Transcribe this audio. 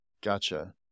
Gotcha